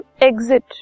exit